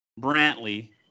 Brantley